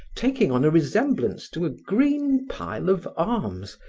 taking on a resemblance to a green pile of arms,